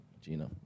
Gina